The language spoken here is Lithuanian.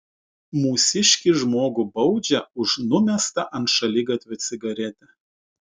mūsiškį žmogų baudžia už numestą ant šaligatvio cigaretę